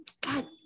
God